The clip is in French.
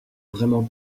vraiment